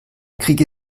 kriege